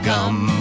Gum